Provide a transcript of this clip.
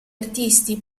artisti